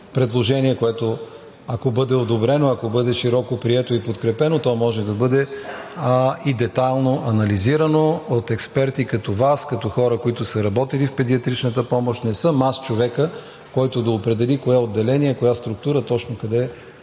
предложение, което, ако бъде одобрено, ако бъде широко прието и подкрепено, то може да бъде и детайлно анализирано от експерти като Вас, от хора, които са работили в педиатричната помощ. Не съм аз човекът, който да определи кое отделение, коя структура къде